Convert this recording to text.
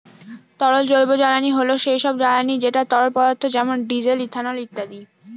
তরল জৈবজ্বালানী হল সেই সব জ্বালানি যেটা তরল পদার্থ যেমন ডিজেল, ইথানল ইত্যাদি